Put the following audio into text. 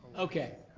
okay.